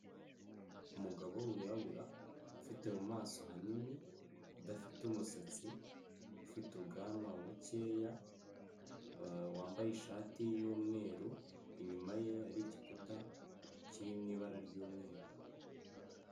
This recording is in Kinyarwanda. Umugabo wirabura ufite mu maso hanini, udafite umusatsi, ufite ubwanwa bukeya, wambaye ishati y'umweru, inyuma ye hari igikuta kiri mu ibara ry'umweru.